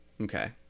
Okay